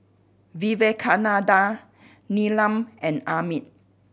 Vivekananda Neelam and Amit